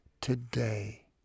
today